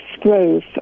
Grove